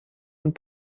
und